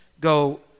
go